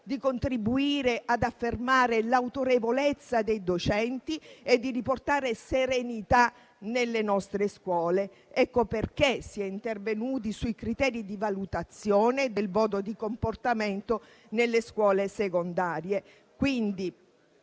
di contribuire ad affermare l'autorevolezza dei docenti e di riportare serenità nelle nostre scuole. Ecco perché si è intervenuti sui criteri di valutazione del comportamento nelle scuole secondarie.